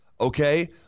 okay